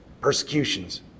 persecutions